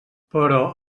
però